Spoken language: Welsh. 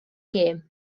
gêm